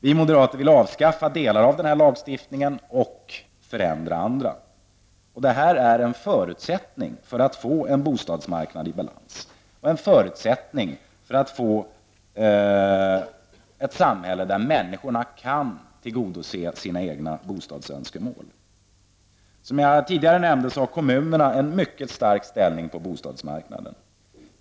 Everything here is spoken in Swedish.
Vi moderater vill avskaffa delar av den här lagstiftningen och förändra andra. Det är en förutsättning för att få en bostadsmarknad i balans och en förutsättning för att få ett samhälle där människorna kan tillgodose sina egna bostadsönskemål. Som jag tidigare nämnde, har kommunerna en mycket stark ställning på bostadsmarknaden.